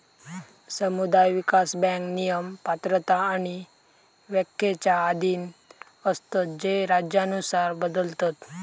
समुदाय विकास बँक नियम, पात्रता आणि व्याख्येच्या अधीन असतत जे राज्यानुसार बदलतत